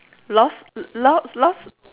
lost lo~ lost